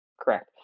Correct